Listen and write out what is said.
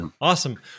Awesome